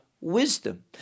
wisdom